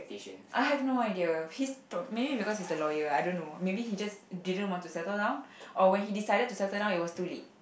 I have no idea he's p~ maybe because he's a lawyer I don't know maybe he just didn't want to settle down or when he decided to settle down it was too late